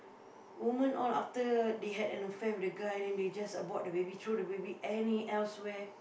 woman all after they had an affair with the guy then they just abort the baby throw the baby any elsewhere